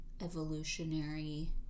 evolutionary